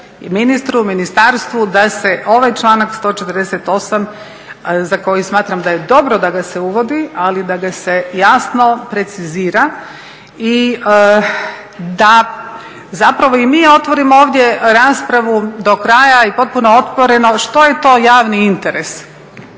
ministru, ministarstvu da se ovaj članak 148. za koji smatram da je dobro da ga se uvodi, ali da ga se jasno precizira i da zapravo i mi otvorimo ovdje raspravu do kraja i potpuno otvoreno što je to javni interes.